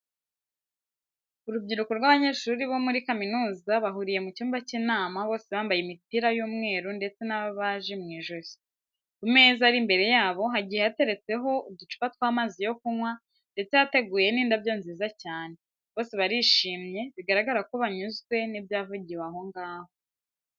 Urubyiruko rw'abanyeshuri bo muri kaminuza bahuriye mu cyumba cy'inama bose bambaye imipira y'umweru ndetse na baji mu ijosi. Ku meza ari imbere yabo hagiye hateretseho uducupa tw'amazi yo kunywa ndetse hateguye n'indabyo nziza cyane. Bose barishimye bigaragara ko banyuzwe n'ibyavugiwe aho ngaho.